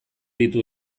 ditu